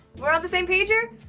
we're on the same page here?